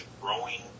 growing